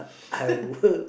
I work